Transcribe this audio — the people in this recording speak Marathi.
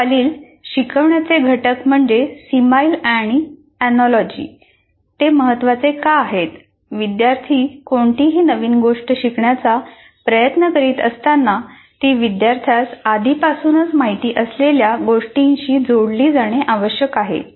खालील शिकवण्याचे घटक म्हणजे "सिमाईल्स आणि एनोलॉजीज" ते महत्त्वाचे का आहेत विद्यार्थी कोणतीही नवीन गोष्ट शिकण्याचा प्रयत्न करीत असताना ती विद्यार्थ्यास आधीपासून माहित असलेल्या गोष्टीशी जोडली जाणे आवश्यक आहे